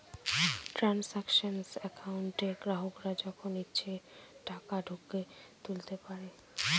transaction একাউন্টে গ্রাহকরা যখন ইচ্ছে টাকা তুলতে পারবে